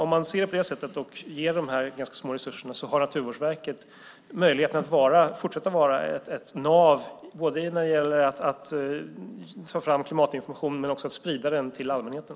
Om man ser det på det sättet och ger de här ganska små resurserna har Naturvårdsverket möjlighet att fortsätta att vara ett nav både när det gäller att ta fram klimatinformation och sprida den till allmänheten.